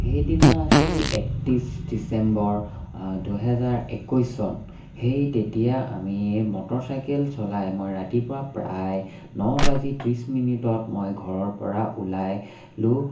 সেইদিনা আছিল একত্ৰিছ ডিচেম্বৰ দুহেজাৰ একৈছ চন সেই তেতিয়া আমি মটৰচাইকেল চলাই মই ৰাতিপুৱা প্ৰায় ন বাজি ত্ৰিছ মিনিটত মই ঘৰৰ পৰা ওলাইলো